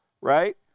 right